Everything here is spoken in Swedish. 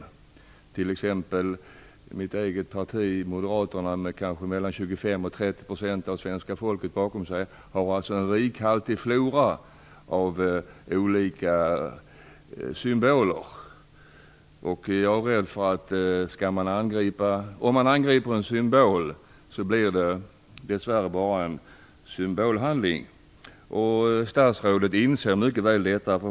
I t.ex. mitt eget parti, Moderaterna, som har 25 30 % av svenska folket bakom sig, finns en rikhaltig flora av olika symboler. Om man angriper en symbol är jag rädd för att det dess värre bara blir en symbolhandling. Statsrådet inser mycket väl detta.